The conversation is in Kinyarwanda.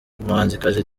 umuhanzikazi